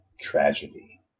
tragedy